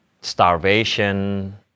starvation